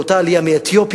לאותה עלייה מאתיופיה,